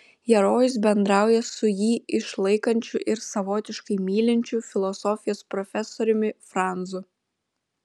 herojus bendrauja su jį išlaikančiu ir savotiškai mylinčiu filosofijos profesoriumi franzu